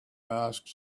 asked